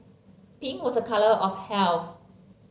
pink was a colour of health